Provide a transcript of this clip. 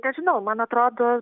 nežinau man atrodo